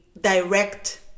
direct